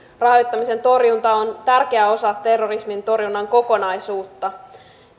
rahoittamisen torjunta on tärkeä osa terrorismin torjunnan kokonaisuutta